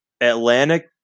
Atlantic